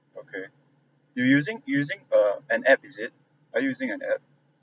okay you using you using uh an app is it are you using an app